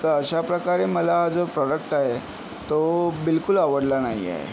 तर अशाप्रकारे मला जो प्रॉडक्ट आहे तो बिलकुल आवडला नाही आहे